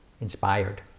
inspired